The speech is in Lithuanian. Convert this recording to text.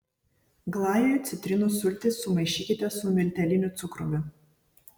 glajui citrinų sultis sumaišykite su milteliniu cukrumi